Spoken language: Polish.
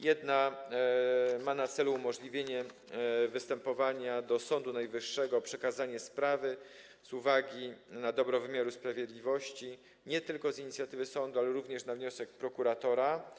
Jedna z nich ma na celu umożliwienie występowania do Sądu Najwyższego o przekazanie sprawy z uwagi na dobro wymiaru sprawiedliwości nie tylko z inicjatywy sądu, ale również na wniosek prokuratora.